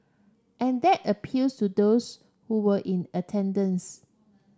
and that appeals to those who were in attendance